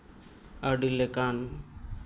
ᱟᱹᱰᱤ ᱞᱮᱠᱟᱱ